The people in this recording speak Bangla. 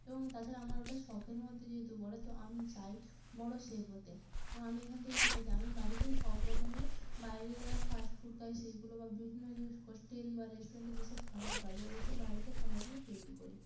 এবং তাছাড়া আমার ওটা শখের মধ্যে যেহেতু পরে তো আমি চাই বড় শেফ হতে এবং আমি এখান থেকে শিখতে চাই আমি বাড়িতে সব রকমের বাইরে যারা ফাস্ট ফুড খায় সেইগুলো বা বিভিন্ন যে হস্টেল বা রেস্টুরেন্টে যে সব খাবার পাওয়া যায় ওই সব বাড়িতে খাবারগুলো তৈরি করি